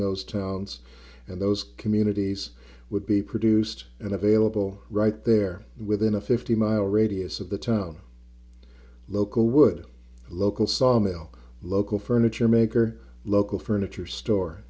those towns and those communities would be produced and available right there within a fifty mile radius of the town local would local sawmill local furniture maker local furniture store